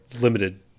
limited